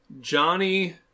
Johnny